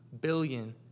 billion